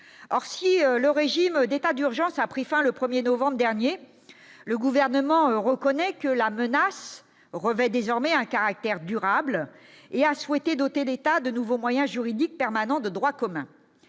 or, si le régime d'état d'urgence a pris fin le 1er novembre dernier le gouvernement reconnaît que la menace revêt désormais un caractère durable et a souhaité doter l'État de nouveaux moyens juridiques permanent de droit commun,